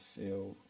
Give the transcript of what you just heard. feel